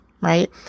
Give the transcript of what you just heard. right